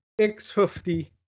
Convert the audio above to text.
X50